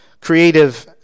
creative